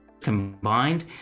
combined